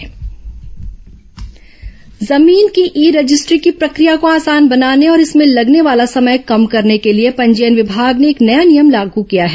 पंजीयन नियम जमीन की ई रजिस्ट्री की प्रक्रिया को आसान बनाने और इसमें लगने वाला समय कम करने के लिए पंजीयन विभाग ने एक नया नियम लागू किया है